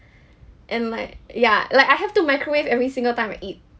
and like ya like I have to microwave every single time I eat